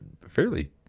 fairly